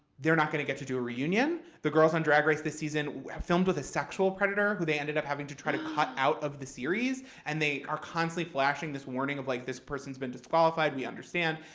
they're not going to get to do a reunion. the girls on drag race this season filmed with a sexual predator, who they ended up having to try to cut out of the series. and they are constantly flashing this warning of like this person's been disqualified, we understand.